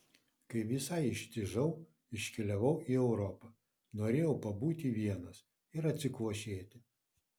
kai visai ištižau iškeliavau į europą norėjau pabūti vienas ir atsikvošėti